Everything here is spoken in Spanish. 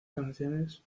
canciones